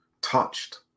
touched